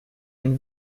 and